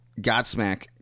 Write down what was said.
godsmack